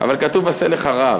אבל כתוב: "עשה לך רב".